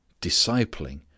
Discipling